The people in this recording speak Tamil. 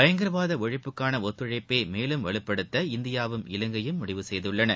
பயங்கரவாத ஒழிப்புக்கான ஒத்துழைப்பை மேலும் வலுப்படுத்த இந்தியாவும் இலங்கையும் முடிவு செய்துள்ளன